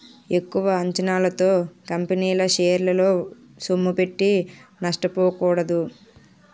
ఎక్కువ అంచనాలతో కంపెనీల షేరల్లో సొమ్ముపెట్టి నష్టపోకూడదు